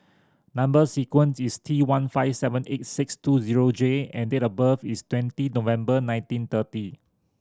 number sequence is T one five seven eight six two zero J and date of birth is twenty November nineteen thirty